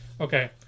Okay